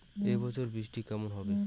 এবছর বৃষ্টি কেমন হবে?